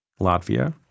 Latvia